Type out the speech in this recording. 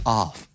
off